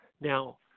Now